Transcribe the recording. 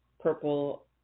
purple